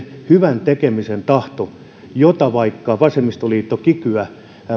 hyvän tekemisen tahdon vaikka vasemmistoliitto kikyä